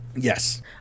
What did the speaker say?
yes